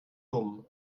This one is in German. dumm